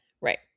right